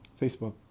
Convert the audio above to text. Facebook